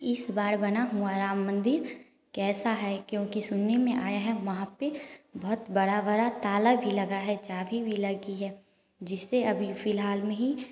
इस बार बना हुआ राम मंदिर कैसा है क्योंकि सुनने में आया है वहाँ पर बहुत बड़ा बड़ा ताला भी लगा है चाबी भी लगी है जिससे अभी फिलहाल में ही